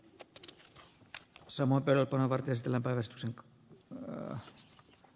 nyt sama kelpaavat estellen päivystyksen rajaa